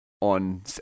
on